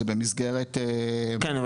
זה במסגרת --- כן,